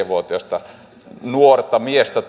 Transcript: vuotiasta miestä